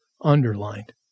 underlined